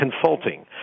Consulting